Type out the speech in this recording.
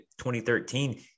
2013